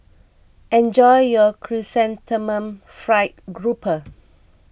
enjoy your Chrysanthemum Fried Grouper